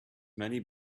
many